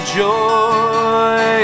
joy